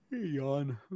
yawn